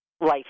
life